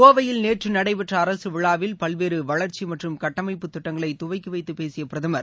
கோவையில் நேற்று நடைபெற்ற அரசு விழாவில் பல்வேறு வளர்ச்சி மற்றம் கட்டமைப்பு திட்டங்களை துவக்கி வைத்து பேசிய பிரதமர்